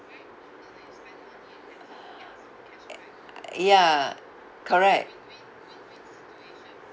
ya correct